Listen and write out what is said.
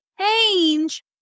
change